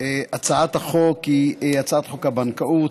הצעת החוק היא הצעת חוק הבנקאות,